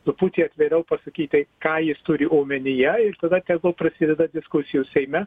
truputį atviriau pasakyt tai ką jis turi omenyje ir tada tegul prasideda diskusijos seime